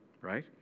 right